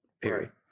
Period